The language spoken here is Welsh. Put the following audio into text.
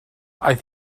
aeth